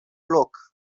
loc